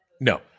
No